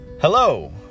Hello